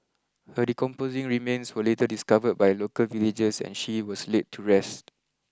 her decomposing remains were later discovered by local villagers and she was laid to rest